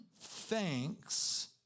thanks